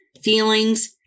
feelings